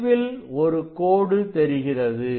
நடுவில் ஒரு கோடு தெரிகிறது